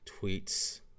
tweets